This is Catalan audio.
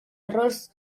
errors